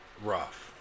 rough